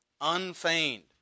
unfeigned